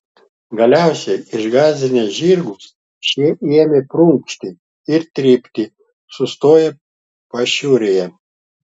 galiausiai išgąsdinęs žirgus šie ėmė prunkšti ir trypti sustojo pašiūrėje